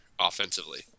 offensively